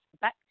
back